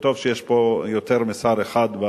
וטוב שיש פה יותר משר אחד.